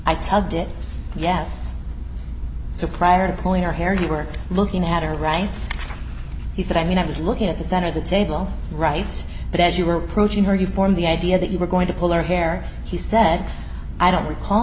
it yes so prior to pulling her hair you were looking at her rights he said i mean i was looking at the center of the table right but as you were approaching her you formed the idea that you were going to pull her hair she said i don't recall